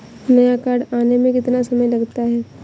नया कार्ड आने में कितना समय लगता है?